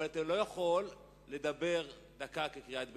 אבל אתה לא יכול לדבר דקה כקריאת ביניים.